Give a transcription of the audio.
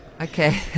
Okay